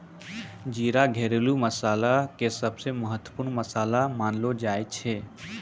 जीरा घरेलू मसाला के सबसॅ महत्वपूर्ण मसाला मानलो जाय छै